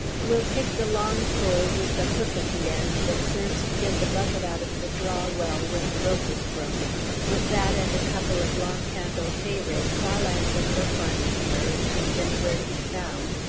we'll take the long pole, with the hook at the end, that serves to get the bucket out of the draw-well when the rope is broken. with that, and a couple of long-handled hay-rakes, i'll answer for finding her, if she's anywhere to be found.